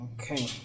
Okay